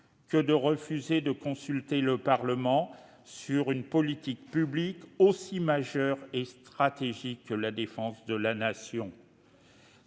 que de refuser de consulter le Parlement sur une politique publique aussi majeure et stratégique que la défense de la Nation.